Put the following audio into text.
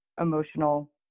emotional